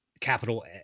capital